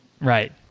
Right